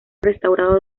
restaurados